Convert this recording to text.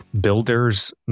builders